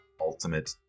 ultimate